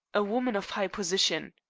a woman of high position.